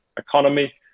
economy